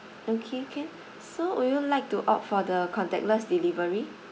okay can so would you like to opt for the contactless delivery